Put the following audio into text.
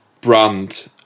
brand